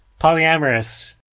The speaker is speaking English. polyamorous